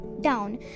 down